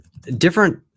different